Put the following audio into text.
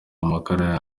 amakara